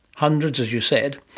hundreds as you said,